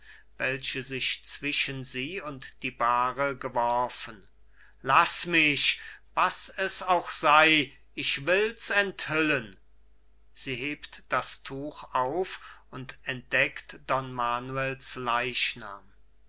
welche sich zwischen sie und die bahre geworfen laß mich was es auch sei ich will's enthüllen sie hebt das tuch auf und entdeckt don manuels